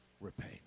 repay